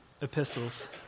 epistles